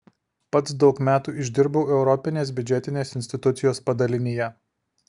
pats daug metų išdirbau europinės biudžetinės institucijos padalinyje